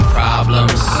problems